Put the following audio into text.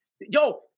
Yo